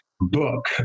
book